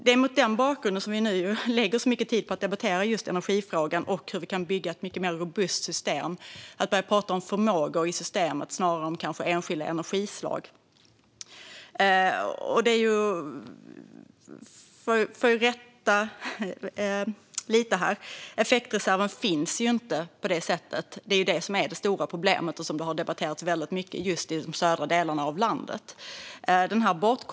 Det är mot den bakgrunden som vi nu lägger så mycket tid på att debattera energifrågan och hur vi kan bygga ett mycket mer robust system. Vi behöver börja prata om förmågor i systemet snarare än enskilda energislag. Jag måste rätta lite här. Någon effektreserv finns inte, och det är det stora problemet som också har debatterats väldigt mycket i södra delarna av landet.